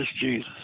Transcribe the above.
Jesus